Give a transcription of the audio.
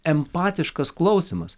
empatiškas klausymas